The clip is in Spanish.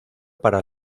para